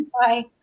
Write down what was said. bye